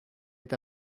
est